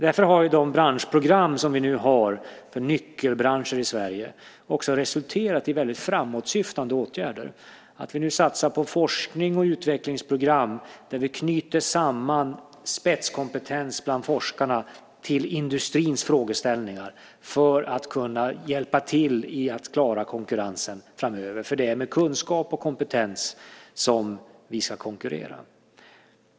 Därför har de branschprogram som vi nu har för nyckelbranscher i Sverige också resulterat i väldigt framåtsyftande åtgärder, som att vi nu satsar på forskning och utvecklingsprogram där vi knyter samman spetskompetens bland forskarna till industrins frågeställningar för att kunna hjälpa till att klara konkurrensen framöver. För det är med kunskap och kompetens som vi ska konkurrera.